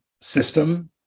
system